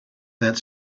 that